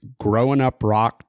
growinguprock